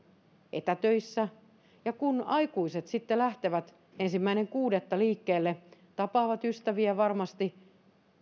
etätöissä ja kun aikuiset sitten lähtevät ensimmäinen kuudetta liikkeelle tapaavat ystäviä varmasti